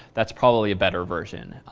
that's probably a better version.